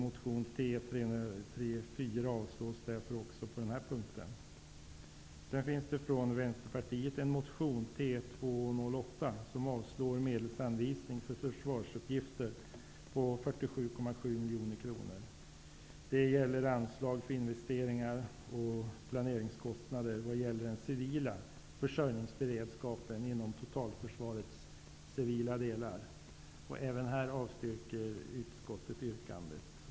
Motion T334 avstyrks därför också på den punkten. Sedan finns det en motion från Vänsterpartiet, miljoner kronor. Det gäller anslag för investeringar och planeringskostnader vad gäller den civila försörjningsberedskapen inom totalförsvarets civila delar. Även här avstyrker utskottet yrkandet.